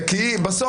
בסוף,